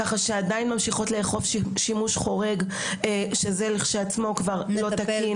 ככה שעדיין ממשיכות לאכוף שימוש חורג שזה לכשעצמו כבר לא תקין.